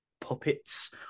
Puppets